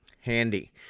Handy